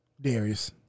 Darius